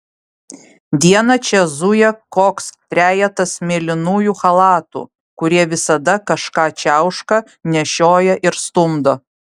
dieną čia zuja koks trejetas mėlynųjų chalatų kurie visada kažką čiauška nešioja ir stumdo